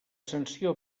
sanció